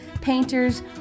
painters